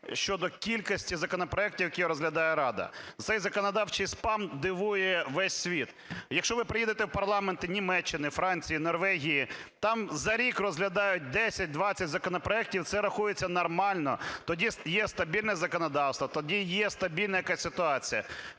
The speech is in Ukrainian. щодо кількості законопроектів, які розглядає Рада. Цей законодавчий спам дивує весь світ. Якщо ви приїдете в парламент Німеччини, Франції, Норвегії, там за рік розглядають 10-20 законопроектів, і це рахується нормально. Тоді є стабільне законодавство, тоді є стабільна якась ситуація.